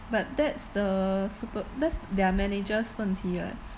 but that's the super~ that's their manager's 问题 [what]